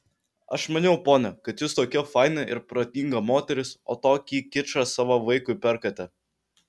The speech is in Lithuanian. aš maniau ponia kad jūs tokia faina ir protinga moteris o tokį kičą savo vaikui perkate